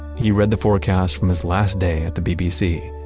he read the forecast from his last day at the bbc.